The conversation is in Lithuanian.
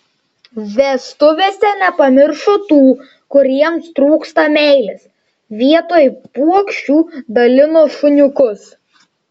vestuvėse nepamiršo tų kuriems trūksta meilės vietoj puokščių dalino šuniukus